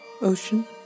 Ocean